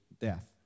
death